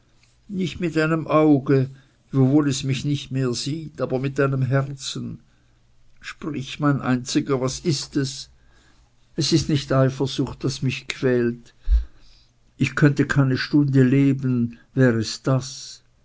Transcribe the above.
nicht mit deinem auge wiewohl es mich nicht mehr sieht aber mit deinem herzen sprich mein einziger was ist es es ist nicht eifersucht was mich quält ich könnte keine stunde leben mehr wär es das